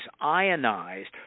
ionized